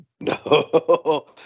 No